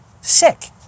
sick